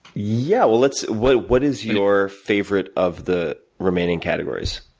yeah, well, let's what what is your favorite, of the remaining categories?